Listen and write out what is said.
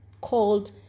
called